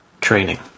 training